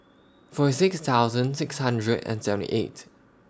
forty six thousand six hundred and seventy eight